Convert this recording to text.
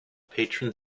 patron